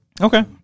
Okay